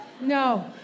No